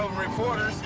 reporter